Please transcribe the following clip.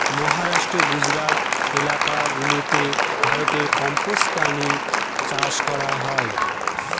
মহারাষ্ট্র, গুজরাট এলাকা গুলাতে ভারতে কম্বোজ প্রাণী চাষ করা হয়